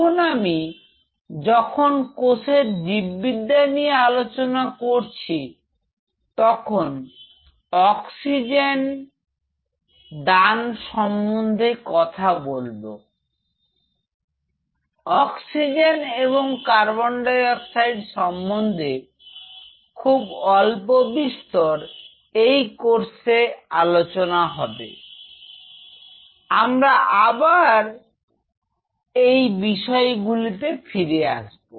এখন আমি যখন কোষের জীব বিদ্যা নিয়ে আলোচনা করছি তখন অক্সিজেন দান সম্বন্ধে কথা বলব অক্সিজেন এবং কার্বন ডাই অক্সাইড সম্বন্ধে খুব অল্প বিস্তর এই কোর্সে আলোচনা হবে আমরা আবার এই বিষয়গুলোতে ফিরে আসবো